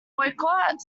boycott